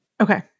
Okay